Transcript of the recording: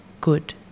good